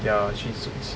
ya 去